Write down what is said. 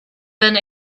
been